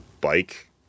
bike